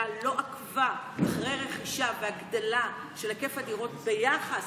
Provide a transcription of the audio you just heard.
לא עקבה אחרי רכישה והגדלה של היקף הדירות ביחס